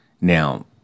Now